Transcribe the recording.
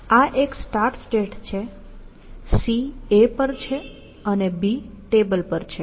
આ એક start state છે C A પર છે અને B ટેબલ પર છે